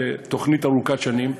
לתוכנית ארוכת שנים,